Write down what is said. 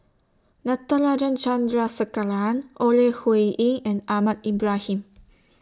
Natarajan Chandrasekaran Ore Huiying and Ahmad Ibrahim